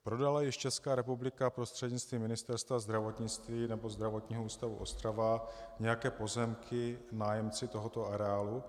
Prodala již Česká republiky prostřednictvím Ministerstva zdravotnictví nebo Zdravotního ústavu Ostrava nějaké pozemky nájemci tohoto areálu?